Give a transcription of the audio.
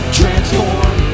transform